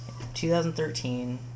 2013